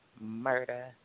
murder